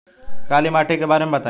काला माटी के बारे में बताई?